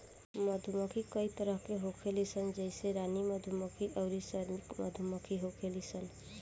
मधुमक्खी कई तरह के होखेली सन जइसे रानी मधुमक्खी अउरी श्रमिक मधुमक्खी होखेली सन